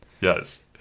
yes